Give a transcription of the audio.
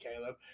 Caleb